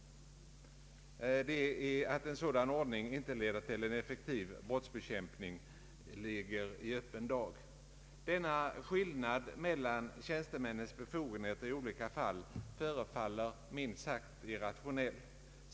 Att en sådan ordning inte leder till en effektiv brottsbekämpning ligger i öppen dag. Denna skillnad mellan tjänstemännens befogenheter i olika fall förefaller minst sagt irrationell.